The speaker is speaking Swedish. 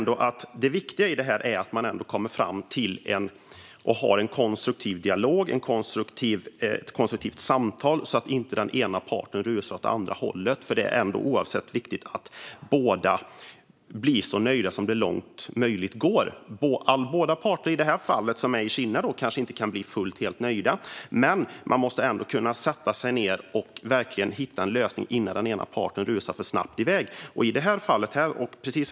Det viktiga är att man har en konstruktiv dialog, ett konstruktivt samtal, så att inte den ena parten rusar åt andra hållet. Det är viktigt att båda blir så nöjda som möjligt. Båda parter i detta fall, som är i Kinna, kanske inte kan bli helt nöjda. Men man måste kunna sätta sig ned och verkligen hitta en lösning innan den ena parten snabbt rusar iväg.